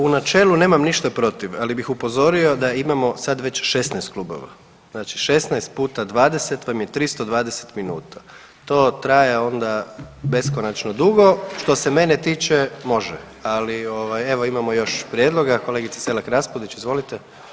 U načelu nemam ništa protiv, ali bih upozorio da imamo sad već 16 klubova, znači 16 puta 20 vam je 320 minuta to traje onda beskonačno dugo, što se mene tiče može, ali ovaj, evo imamo još prijedloga, kolegice Selak Raspudić, izvolite.